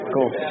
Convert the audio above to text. Cool